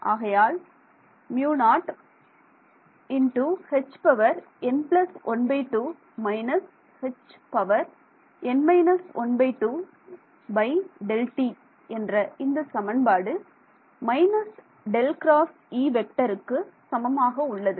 ஆகையால் என்ற இந்த சமன்பாடு க்கு சமமாக உள்ளது